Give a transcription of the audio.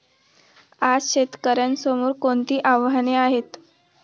आज शेतकऱ्यांसमोर कोणती आव्हाने आहेत?